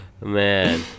Man